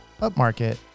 upmarket